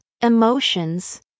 emotions